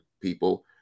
people